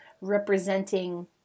representing